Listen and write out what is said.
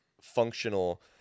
functional